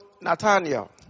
Nathaniel